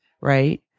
right